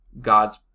God's